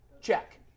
check